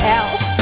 else